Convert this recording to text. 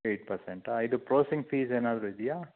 eight ಪರ್ಸೆಂಟಾ ಇದು processing fees ಏನಾದರೂ ಇದೆಯ